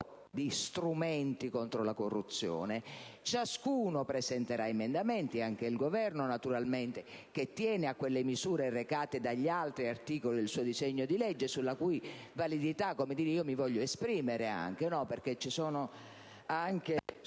di strumenti contro la corruzione. Ciascuno quindi presenterà emendamenti, anche il Governo naturalmente, che tiene a quelle misure recate dagli altri articoli del suo disegno di legge, sulla cui validità, come dire, io mi voglio esprimere, perché ci sono anche